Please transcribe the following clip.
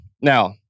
Now